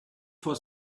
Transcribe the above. for